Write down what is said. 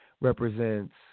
represents